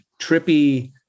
trippy